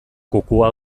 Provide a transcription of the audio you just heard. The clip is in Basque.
kukua